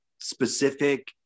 specific